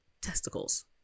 testicles